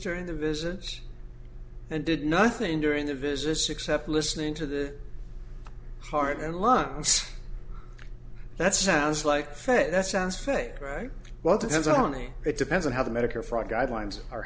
during the visits and did nothing during the visits except listening to the heart and lungs that sounds like fed that sounds fake right well depends on me it depends on how the medicare fraud guidelines are